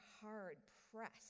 hard-pressed